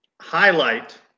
highlight